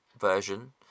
Version